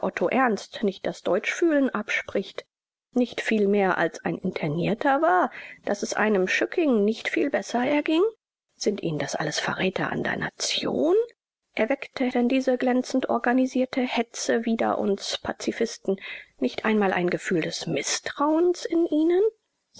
ernst nicht das deutschfühlen abspricht nicht viel mehr als ein internierter war daß es einem schücking nicht viel besser erging sind ihnen das alles verräter an der nation erweckte denn diese glänzend organisierte hetze wider uns pazifisten nicht einmal ein gefühl des mißtrauens in ihnen